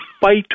fight